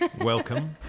Welcome